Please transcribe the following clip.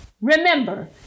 Remember